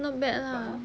not bad lah